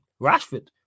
Rashford